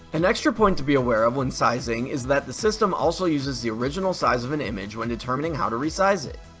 an extra point to be aware of when sizing is that the system also uses the original size of an image when determining how to re-size it.